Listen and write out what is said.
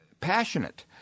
passionate